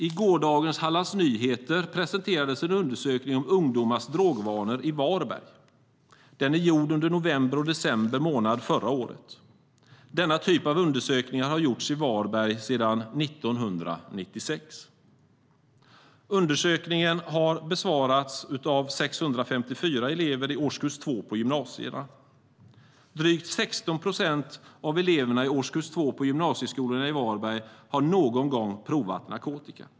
I gårdagens Hallands Nyheter presenterades en undersökning om ungdomars drogvanor i Varberg. Den är gjord under november och december förra året. Denna typ av undersökningar har gjorts i Varberg sedan 1996. Undersökningen har besvarats av 654 elever i årskurs 2 på gymnasiet. Drygt 16 procent av eleverna i årskurs 2 på gymnasieskolorna i Varberg har någon gång provat narkotika.